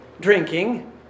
drinking